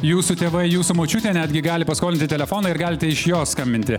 jūsų tėvai jūsų močiutė netgi gali paskolinti telefoną ir galite iš jo skambinti